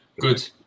Good